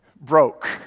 broke